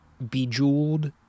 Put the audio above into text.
Bejeweled